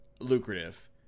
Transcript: lucrative